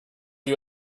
you